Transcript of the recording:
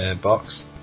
box